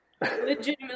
legitimately